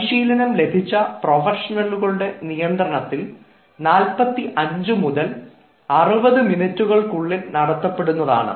പരിശീലനം ലഭിച്ച പ്രൊഫഷണലുകളുടെ നിയന്ത്രണത്തിൽ 45 മുതൽ 60 മിനിറ്റുകൾക്കുള്ളിൽ നടത്തപ്പെടുന്നതാണ്